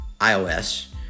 iOS